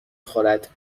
خورد